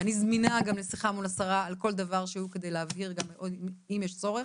ואני זמינה גם לשיחה מול השרה על כל דבר כדי להבהיר אם יש צורך,